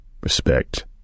respect